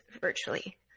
virtually